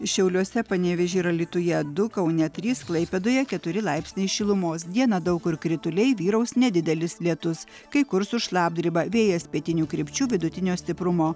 šiauliuose panevėžy ir alytuje du kaune trys klaipėdoje keturi laipsniai šilumos dieną daug kur krituliai vyraus nedidelis lietus kai kur su šlapdriba vėjas pietinių krypčių vidutinio stiprumo